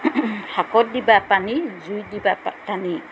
শাকত দিবা পানী জুই দিবা টানি